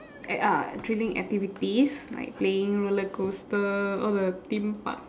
eh uh thrilling activities like playing rollercoaster all the theme park